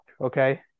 Okay